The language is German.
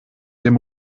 dem